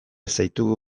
zaitugu